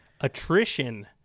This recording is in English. Attrition